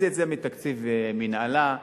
אז זה מתקציב מינהלה.